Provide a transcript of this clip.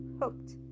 hooked